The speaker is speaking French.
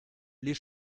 les